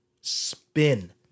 spin